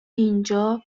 اینجا